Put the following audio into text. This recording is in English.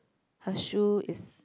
her shoe is